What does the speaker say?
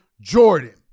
Jordan